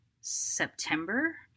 September